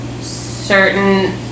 certain